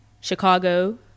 chicago